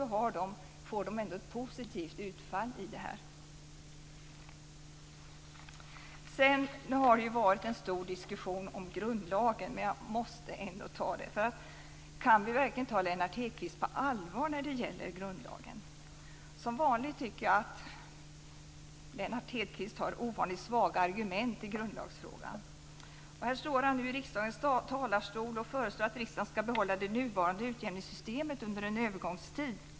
De får ett positivt utfall. Nu har det förts en stor diskussion om grundlagen, men jag måste ändå ta upp den frågan. Kan vi verkligen ta Lennart Hedquist på allvar när det gäller grundlagen? Som vanligt tycker jag att Lennart Hedquist har ovanligt svaga argument i grundlagsfrågan. Här står han nu i riksdagens talarstol och föreslår att riksdagen skall behålla det nuvarande utjämningssystemet under en övergångstid.